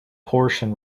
portion